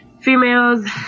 females